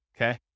okay